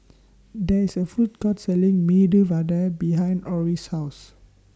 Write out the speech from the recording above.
There IS A Food Court Selling Medu Vada behind Orris' House